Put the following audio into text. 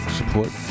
support